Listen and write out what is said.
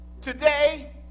Today